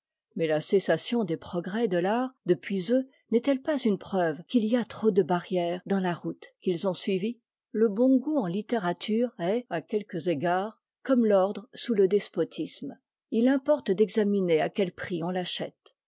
mais la cessation des progrès de l'art depuis eux n'est-elle pas une preuve qu'il y a trop de barrières dans la route qu'ils ont suivie l'e bongoût'en littérature'est à quelques égatds comme t'ordre sbus te despotisme if im porte d'examiner à quëfprix on't'achète en